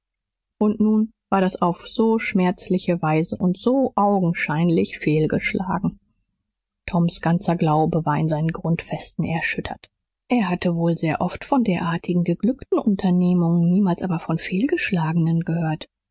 und nun war das auf so schmerzliche weise und so augenscheinlich fehlgeschlagen toms ganzer glaube war in seinen grundfesten erschüttert er hatte wohl sehr oft von derartigen geglückten unternehmungen niemals aber von fehlgeschlagenen gehört